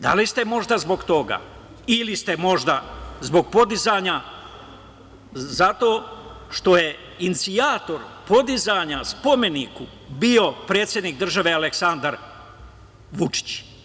Da li ste možda zbog toga ili ste možda zbog podizanja, zato što je inicijator podizanja spomenika bio predsednik države Aleksandar Vučić?